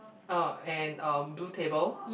uh and um blue table